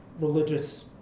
religious